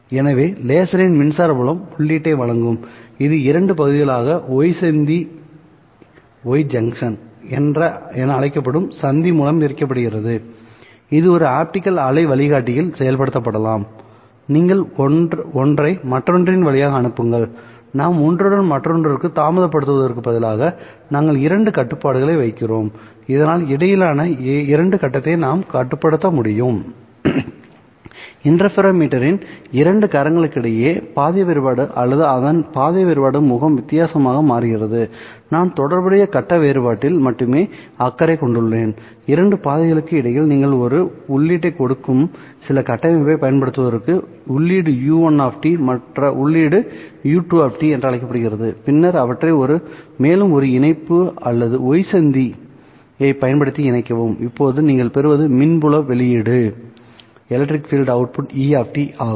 எனவே லேசரின் மின்சார புலம் உள்ளீட்டை வழங்கும் இது இரண்டு பகுதிகளாகப் ஒய் சந்தி என அழைக்கப்படும் சந்தி மூலம் பிரிக்கப்படுகிறதுஇது ஒரு ஆப்டிகல் அலை வழிகாட்டியில் செயல்படுத்தப்படலாம் நீங்கள் ஒன்றை மற்றொன்றின் வழியாக அனுப்புங்கள்நாம் ஒன்றுடன் மற்றொன்றுக்கு தாமதப்படுத்துவதற்குப் பதிலாக நாங்கள் இரண்டு கட்டுப்பாடுகளை வைக்கிறோம் இதனால் இடையிலான இரண்டு கட்டத்தை நாம் கட்டுப்படுத்த முடியும் இன்டர்ஃபெரோமீட்டரின் இரண்டு கரங்களுக்கிடையேயான பாதை வேறுபாடு அல்லது அதன் பாதை வேறுபாடு முகம் வித்தியாசமாக மாறுகிறதுநான் தொடர்புடைய கட்ட வேறுபாட்டில் மட்டுமே அக்கறை கொண்டுள்ளேன்இரண்டு பாதைகளுக்கு இடையில் நீங்கள் ஒரு உள்ளீட்டைக் கொடுக்கும் சில கட்டமைப்பைப் பயன்படுத்துவதற்கு உள்ளீடு U1 மற்ற உள்ளீடு U2 என அழைக்கப்படுகிறது பின்னர் அவற்றை மேலும் ஒரு இணைப்பு அல்லது Y சந்தி ஐப் பயன்படுத்தி இணைக்கவும்தற்போது நீங்கள் பெறுவது மின் புலம் வெளியீடு E ஆகும்